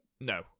No